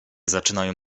zaczynają